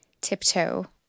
tiptoe